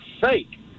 fake